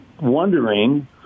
wondering